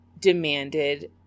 demanded